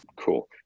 cool